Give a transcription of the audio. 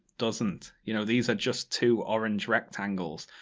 doesn't. you know, these are just two orange rectangles.